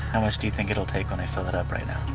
how much do you think it'll take when i fill it up right now?